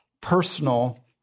personal